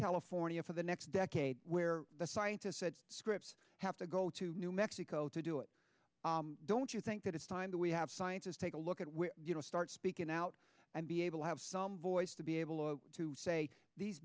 california for the next decade where the scientists at scripps have to go to new mexico to do it don't you think that it's time that we have scientists take a look at where you know start speaking out and be able to have some voice to be able to say these